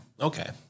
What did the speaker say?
Okay